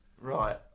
Right